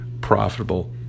profitable